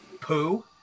poo